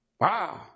Wow